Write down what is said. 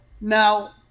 Now